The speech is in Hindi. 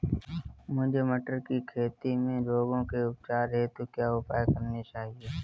मुझे मटर की खेती में रोगों के उपचार हेतु क्या उपाय करने चाहिए?